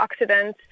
antioxidants